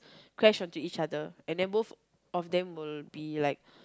crash onto each other and then both of them will be like